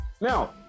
now